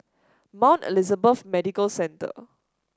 Mount Elizabeth Medical Centre